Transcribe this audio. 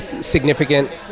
significant